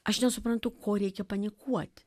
aš nesuprantu ko reikia panikuoti